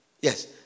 Yes